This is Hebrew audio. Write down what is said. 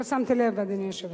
לא שמתי לב, אדוני היושב-ראש.